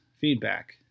feedback